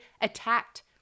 attacked